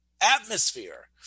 atmosphere